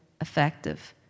effective